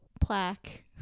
plaque